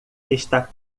está